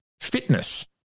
fitness